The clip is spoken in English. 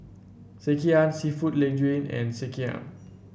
Sekihan seafood Linguine and Sekihan